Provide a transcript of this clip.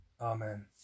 Amen